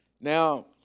now